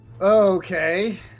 Okay